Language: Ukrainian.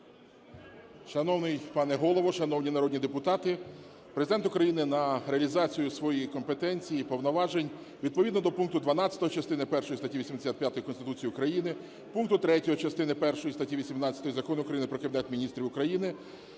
Шановний пане Голово, шановні народні депутати! Президент України на реалізацію своєї компетенції і повноважень відповідно до пункту 12 частини першої статті 85 Конституції України, пункту 3 частини першої статті 18 Закону України "Про Кабінет Міністрів України"